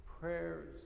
prayers